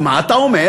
ומה אתה אומר?